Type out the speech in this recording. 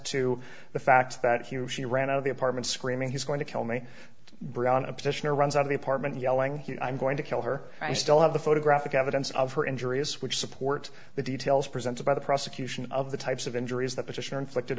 to the fact that he or she ran out of the apartment screaming he's going to kill me brianna petitioner runs out of the apartment yelling i'm going to kill her i still have the photographic evidence of her injuries which supports the details presented by the prosecution of the types of injuries that petitioner inflicted